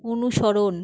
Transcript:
অনুসরণ